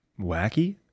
wacky